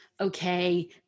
Okay